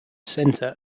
center